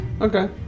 Okay